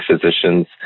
physicians